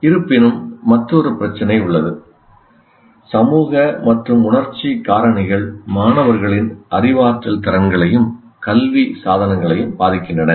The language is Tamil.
இருப்பினும் மற்றொரு பிரச்சினை உள்ளது சமூக மற்றும் உணர்ச்சி காரணிகள் மாணவர்களின் அறிவாற்றல் திறன்களையும் கல்வி சாதனைகளையும் பாதிக்கின்றன